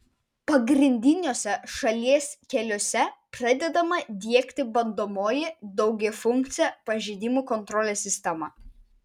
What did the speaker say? pagrindiniuose šalies keliuose pradedama diegti bandomoji daugiafunkcė pažeidimų kontrolės sistema